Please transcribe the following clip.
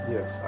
Yes